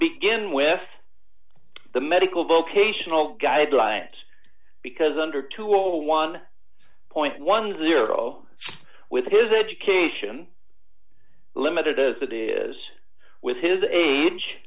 begin with the medical vocational guidelines because under two hundred and one ten with his education limited as it is with his age